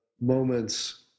moments